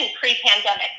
pre-pandemic